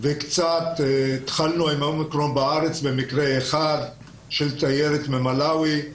וקצת התחלנו עם ה-אומיקרון בארץ במקרה אחד של תיירת ממלאווי.